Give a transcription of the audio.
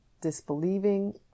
disbelieving